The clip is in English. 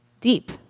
deep